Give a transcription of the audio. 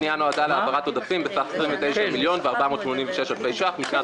הפנייה נועדה להעברת עודפים בסך 29,486 אלפי ש"ח משנת